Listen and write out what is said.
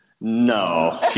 No